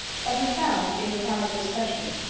but he found, in reply to this question,